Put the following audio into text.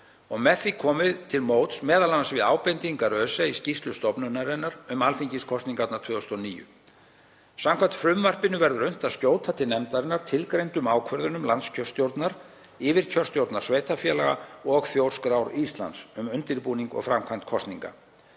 og með því komið til móts við m.a. ábendingar ÖSE í skýrslu stofnunarinnar um alþingiskosningarnar 2009. Samkvæmt frumvarpinu verður unnt að skjóta til nefndarinnar tilgreindum ákvörðunum landskjörstjórnar, yfirkjörstjórna sveitarfélaga og Þjóðskrár Íslands um undirbúning og framkvæmd kosninga.